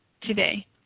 today